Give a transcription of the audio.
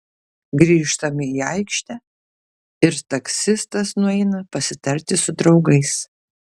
grįžtam į aikštę ir taksistas nueina pasitarti su draugais